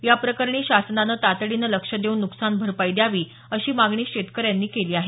या प्रकरणी शासनानं तातडीने लक्ष देऊन नुकसान भरपाई द्यावी अशी मागणी शेतकऱ्यांनी केली आहे